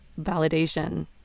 validation